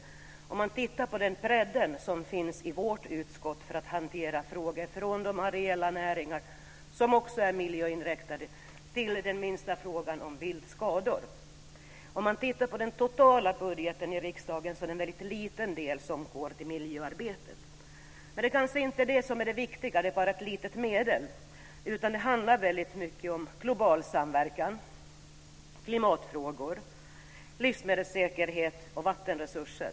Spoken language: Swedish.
Man kan bara titta på den bredd som finns i vårt utskott för att hantera frågor från de areella näringarna, som också är miljöinriktade, till den minsta frågan om viltskador. Det är en väldigt liten del av den totala budgeten som går till miljöarbetet. Men det är kanske inte det som är det viktiga. Det är bara ett litet medel. Det handlar väldigt mycket om global samverkan, klimatfrågor, livsmedelssäkerhet och vattenresurser.